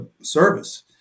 service